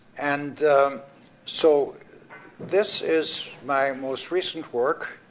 and so this is my most recent work,